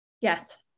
Yes